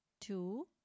two